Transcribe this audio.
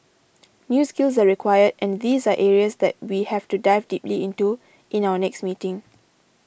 new skills are required and these are areas that we have to dive deeply into in our next meeting